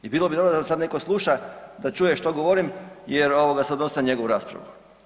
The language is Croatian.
I bilo bi dobro da sad neko sluša da čuje što govorim jer se odnosi na njegovu raspravu.